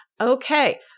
Okay